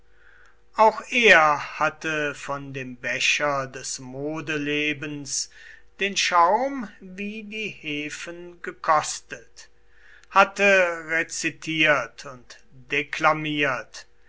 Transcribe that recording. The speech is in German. auch er hatte von dem becher des modelebens den schaum wie die hefen gekostet hatte rezitiert und deklamiert